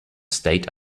state